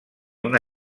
una